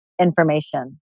information